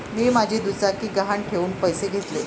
मी माझी दुचाकी गहाण ठेवून पैसे घेतले